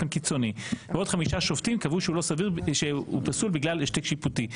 קיצוני ועוד חמישה שופטים קבעו שהוא פסול בגלל השתק שיפוטי.